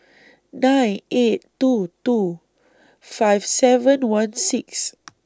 nine eight two two five seven one six